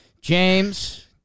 James